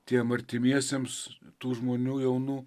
tiem artimiesiems tų žmonių jaunų